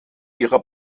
ihrer